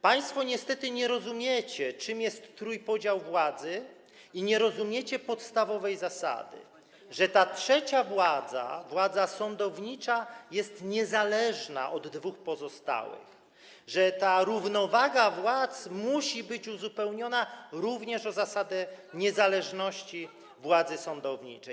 Państwo niestety nie rozumiecie, czym jest trójpodział władzy, i nie rozumiecie podstawowej zasady, że ta trzecia władza, władza sądownicza, jest niezależna od dwóch pozostałych oraz że ta równowaga władz musi być uzupełniona zasadą niezależności władzy sądowniczej.